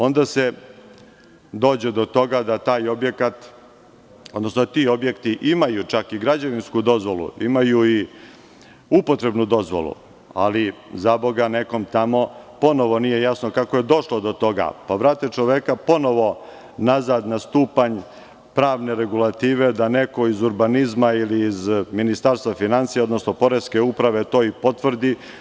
Onda se dođe do toga da taj objekat, odnosno ti objekti imaju čak i građevinsku dozvolu, imaju i upotrebnu dozvolu, ali zaboga nekom tamo ponovo nije jasno kako je došlo do toga, pa vrate čoveka ponovo nazad na stupanj pravne regulative da neko iz urbanizma ili iz Ministarstva finansija, odnosno poreske uprave to i potvrdi.